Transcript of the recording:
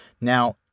Now